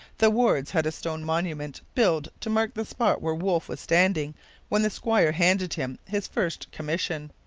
the wardes had a stone monument built to mark the spot where wolfe was standing when the squire handed him his first commission.